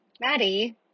Maddie